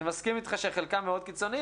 אני מסכים איתך שחלקם מאוד קיצוניים.